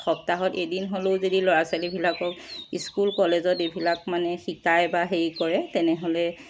সপ্তাহত এদিন হ'লেও যদি ল'ৰা ছোৱালীবিলাকক স্কুল কলেজত এইবিলাক মানে শিকায় বা সেই কৰে তেনেহ'লে